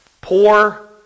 poor